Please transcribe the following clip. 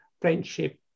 friendship